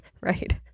Right